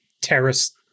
terrorist